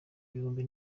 ibihumbi